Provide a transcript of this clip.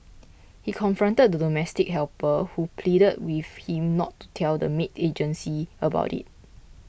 he confronted the domestic helper who pleaded with him not to tell the maid agency about it